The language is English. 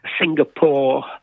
Singapore